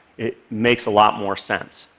it makes a lot more sense.